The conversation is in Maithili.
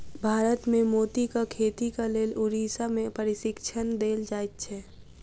भारत मे मोतीक खेतीक लेल उड़ीसा मे प्रशिक्षण देल जाइत छै